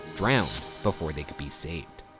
drowned before they could be saved.